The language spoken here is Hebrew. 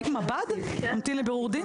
תיק מב"ד, ממתין לבירור דין?